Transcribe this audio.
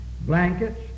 blankets